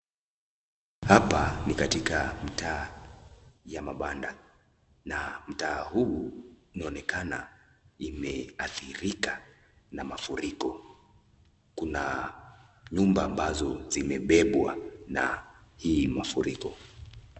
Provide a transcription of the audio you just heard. Hapa ni katika mtaa ya mabanda na mtaa huu inaonekana imeadhirika na mafuriko kuna nyumba ambazo zimebebwa na hii mafuriko.